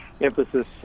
emphasis